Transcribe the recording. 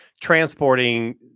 transporting